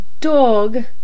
dog